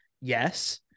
yes